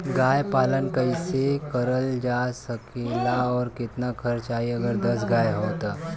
गाय पालन कइसे करल जा सकेला और कितना खर्च आई अगर दस गाय हो त?